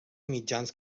mitjans